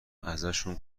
ازشون